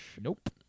Nope